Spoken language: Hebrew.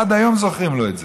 עד היום זוכרים לו את זה.